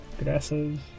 Aggressive